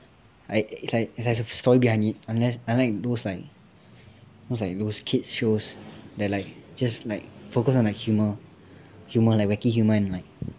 I it's like it's like a story behind it unless unlike those like those kids shows that like just like focus on the humour humour wacky humour and like